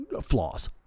flaws